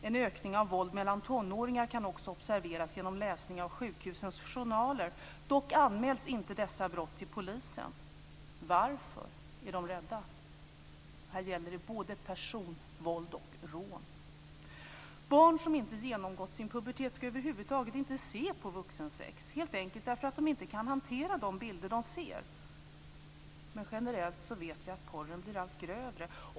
En ökning av våld mellan tonåringar kan också observeras genom läsning av sjukhusens journaler, dock anmäls inte dessa brott till polisen. Varför? Är de rädda? Här gäller det både personvåld och rån. Barn som inte genomgått sin pubertet ska över huvud taget inte se på vuxensex, helt enkelt därför att de inte kan hantera de bilder de ser. Men generellt vet vi att porren blir allt grövre.